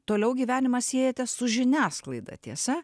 toliau gyvenimą siejate su žiniasklaida tiesa